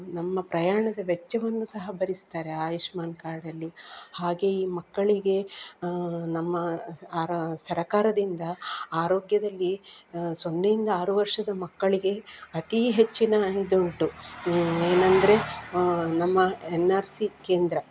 ನಮ್ಮ ಪ್ರಯಾಣದ ವೆಚ್ಚವನ್ನು ಸಹ ಭರಿಸ್ತಾರೆ ಆಯುಷ್ಮಾನ್ ಕಾರ್ಡಲ್ಲಿ ಹಾಗೆ ಈ ಮಕ್ಕಳಿಗೆ ನಮ್ಮ ಆರ ಸರಕಾರದಿಂದ ಆರೋಗ್ಯದಲ್ಲಿ ಸೊನ್ನೆಯಿಂದ ಆರು ವರ್ಷದ ಮಕ್ಕಳಿಗೆ ಅತಿ ಹೆಚ್ಚಿನ ಇದು ಉಂಟು ಏನೆಂದ್ರೆ ನಮ್ಮ ಎನ್ ಆರ್ ಸಿ ಕೇಂದ್ರ